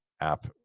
app